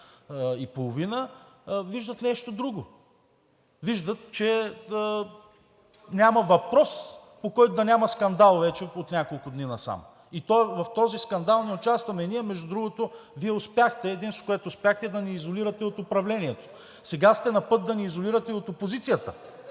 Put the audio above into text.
и половина, виждат нещо друго. Виждат, че няма въпрос, по който да няма скандал вече от няколко дни насам. В този скандал не участваме ние. Между другото, единственото, което успяхте Вие, е да ни изолирате от управлението. Сега сте на път да ни изолирате и от опозицията,